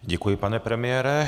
Děkuji, pane premiére.